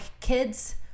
kids